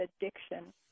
addiction